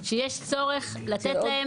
שיש צורך ‬‬‬לתת להם